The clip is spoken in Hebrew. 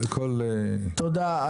לא,